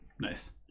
Nice